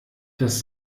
das